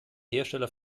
hersteller